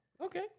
Okay